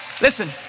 listen